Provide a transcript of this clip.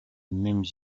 mêmes